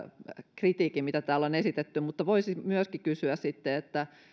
kritiikin mitä täällä on esitetty mutta voisi myöskin sitten kysyä